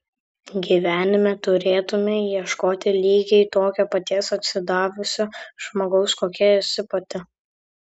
gyvenime turėtumei ieškoti lygiai tokio paties atsidavusio žmogaus kokia esi pati